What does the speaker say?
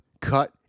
cut